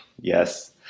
Yes